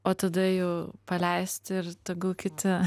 o tada jau paleisti ir tegul kiti